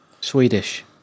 Swedish